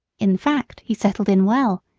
in fact, he settled in well,